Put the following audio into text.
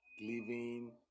living